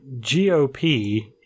GOP